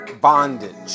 bondage